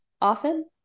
often